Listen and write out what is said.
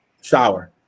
Shower